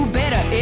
better